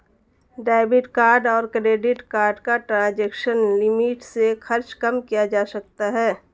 debit card और credit card का transaction limit से खर्च कम किया जा सकता है